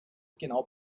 genau